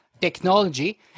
technology